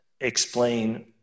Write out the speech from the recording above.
explain